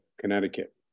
Connecticut